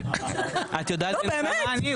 את יודעת בן כמה אני?